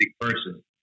person